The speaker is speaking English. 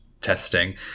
testing